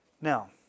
Now